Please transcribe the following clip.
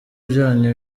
byanyu